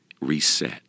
reset